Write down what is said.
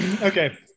okay